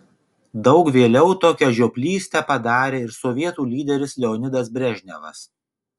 daug vėliau tokią žioplystę padarė ir sovietų lyderis leonidas brežnevas